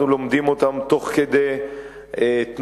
אנחנו לומדים אותן תוך כדי תנועה.